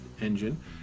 engine